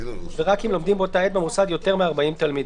ורק אם לומדים במוסד יותר מ-40 תלמידים."